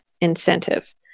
incentive